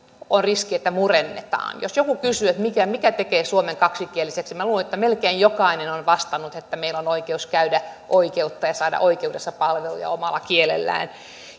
murennetaan jos joku kysyy että mikä tekee suomen kaksikieliseksi minä luulen että melkein jokainen vastaisi että meillä oikeus käydä oikeutta ja saada oikeudessa palveluja omalla kielellä